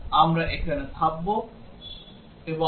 আমরা এখানেই থামবো এবং সংযুক্তি পরীক্ষা নিয়ে চালিয়ে যাব